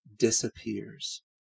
disappears